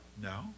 No